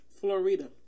Florida